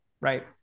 right